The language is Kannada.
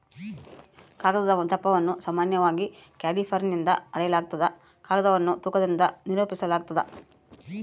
ಕಾಗದದ ದಪ್ಪವನ್ನು ಸಾಮಾನ್ಯವಾಗಿ ಕ್ಯಾಲಿಪರ್ನಿಂದ ಅಳೆಯಲಾಗ್ತದ ಕಾಗದವನ್ನು ತೂಕದಿಂದ ನಿರೂಪಿಸಾಲಾಗ್ತದ